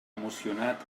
emocionat